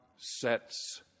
Sets